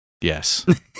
Yes